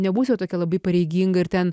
nebūsiu tokia labai pareiginga ir ten